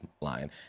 line